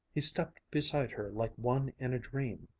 he stepped beside her like one in a dream.